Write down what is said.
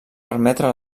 permetre